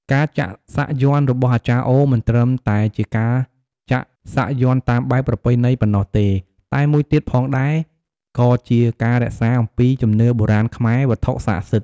ការចាក់សាក់យ័ន្តរបស់អាចារ្យអូមិនត្រឹមតែជាការចាក់សាក់យន្តតាមបែបប្រពៃណីប៉ុណ្ណោះទេ តែមួយទៀតផងដែរ ក៏ជាការរក្សាអំពីជំនឿបុរាណខ្មែរ វត្ថុសក្តិសិទ្ធ។